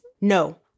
No